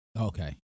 Okay